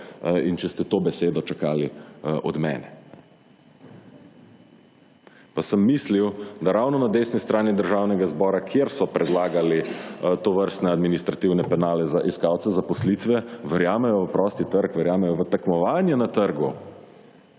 in če ste to besedo čakali od mene. Pa sem mislil, da ravno na desni strani Državnega zbora, kjer so predlagali tovrstne administrativne penale za iskalce zaposlitve, verjamejo v prosti trg, verjamejo v tekmovanje na trgu.